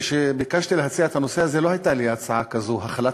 כשביקשתי לדון בנושא הזה לא הייתה לי הצעה כזאת: החלת